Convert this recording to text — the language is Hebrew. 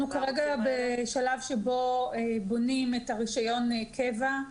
אנחנו כרגע בשלב שבו בונים את הרישיון קבע,